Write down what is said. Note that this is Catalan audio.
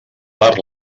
per